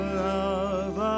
love